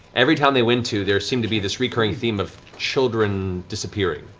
every town they went to, there seemed to be this recurring theme of children disappearing,